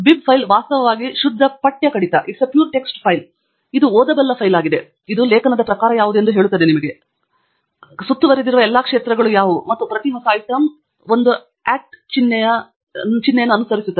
bib file ವಾಸ್ತವವಾಗಿ ಶುದ್ಧ ಪಠ್ಯ ಕಡತವಾಗಿದ್ದು ಇದು ಓದಬಲ್ಲ ಫೈಲ್ ಆಗಿದೆ ಮತ್ತು ಇದು ಲೇಖನದ ಪ್ರಕಾರ ಯಾವುದು ಎಂದು ನಿಮಗೆ ಹೇಳುತ್ತದೆ ಮತ್ತು ಕಟ್ಟುಪಟ್ಟಿಗಳಿಂದ ಸುತ್ತುವರೆದಿರುವ ಎಲ್ಲಾ ಕ್ಷೇತ್ರಗಳು ಯಾವುವು ಮತ್ತು ಪ್ರತಿ ಹೊಸ ಐಟಂ ಒಂದು ಚಿಹ್ನೆಯು ಒಂದು ಲೇಖನವನ್ನು ಅನುಸರಿಸುತ್ತದೆ